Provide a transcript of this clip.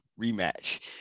rematch